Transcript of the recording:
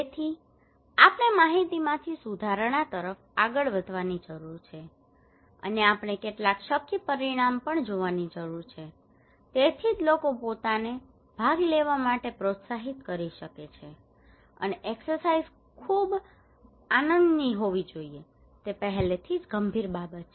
તેથી આપણે માહિતીમાંથી સુધારણા તરફ આગળ વધવાની જરૂર છે અને આપણે કેટલાક શક્ય પરિણામ પણ જોવાની જરૂર છે તેથી જ લોકો પોતાને ભાગ લેવા માટે પ્રોત્સાહિત કરી શકે છે અને એક્સરસાઇઝ ખૂબ આનંદની હોવી જોઈએ તે પહેલેથી જ ગંભીર બાબત છે